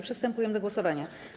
Przystępujemy do głosowania.